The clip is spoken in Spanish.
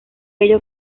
ello